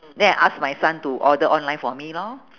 then I ask my son to order online for me lor